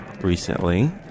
recently